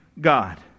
God